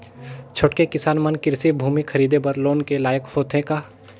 छोटके किसान मन कृषि भूमि खरीदे बर लोन के लायक होथे का?